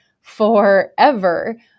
forever